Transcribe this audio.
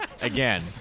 again